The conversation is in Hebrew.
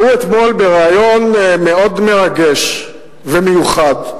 הוא, אתמול, בריאיון מאוד מרגש ומיוחד,